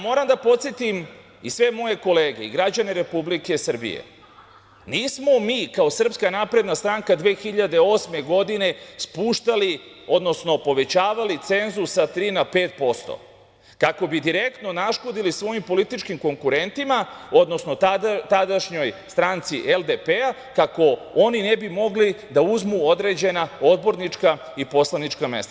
Moram da podsetim i sve moje kolege i građane Republike Srbije, nismo mi kao SNS 2008. godine spuštali, odnosno povećavali cenzus sa tri na pet posto kako bi direktno naškodili svojim političkim konkurentima, odnosno tadašnjoj stranci LDP, kako oni ne bi mogli da uzmu određena odbornička i poslanička mesta.